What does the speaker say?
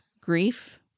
grief